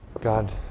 God